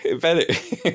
better